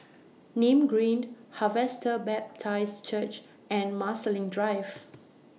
Nim Green Harvester Baptist Church and Marsiling Drive